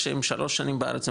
שהם 3 שנים בארץ,